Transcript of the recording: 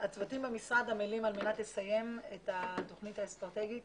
הצוותים במשרד עמלים על מנת לסיים את התוכנית האסטרטגית